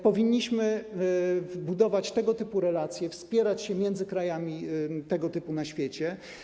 Powinnyśmy budować tego typu relacje, wspierać się między krajami tego typu na świecie.